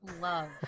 love